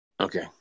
Okay